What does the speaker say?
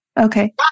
Okay